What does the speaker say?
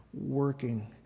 working